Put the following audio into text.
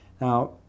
Now